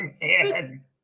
man